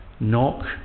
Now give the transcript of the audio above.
Knock